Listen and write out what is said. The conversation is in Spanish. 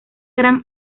gran